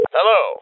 Hello